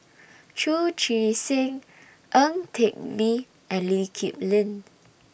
Chu Chee Seng Ang Teck Bee and Lee Kip Lin